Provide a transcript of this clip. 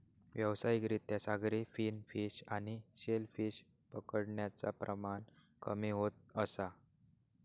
व्यावसायिक रित्या सागरी फिन फिश आणि शेल फिश पकडण्याचा प्रमाण कमी होत असा